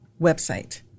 website